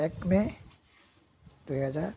এক মে' দুহেজাৰ